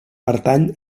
pertany